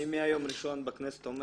אני מיומי הראשון בכנסת אומר